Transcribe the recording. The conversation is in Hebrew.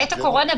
בעת הקורונה,